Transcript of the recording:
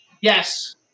Yes